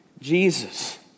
Jesus